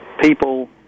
people